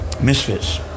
Misfits